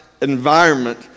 environment